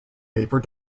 vapor